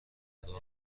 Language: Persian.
نگاه